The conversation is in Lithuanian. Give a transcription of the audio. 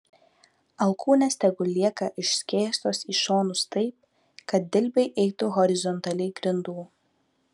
alkūnės tegul lieka išskėstos į šonus taip kad dilbiai eitų horizontaliai grindų